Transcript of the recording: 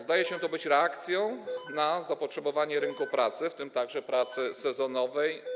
Zdaje się to być reakcją na zapotrzebowanie rynku pracy, w tym także pracy sezonowej.